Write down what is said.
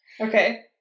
Okay